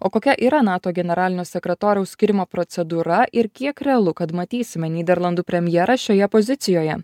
o kokia yra nato generalinio sekretoriaus skyrimo procedūra ir kiek realu kad matysime nyderlandų premjerą šioje pozicijoje